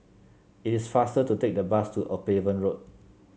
it is faster to take the bus to Upavon Road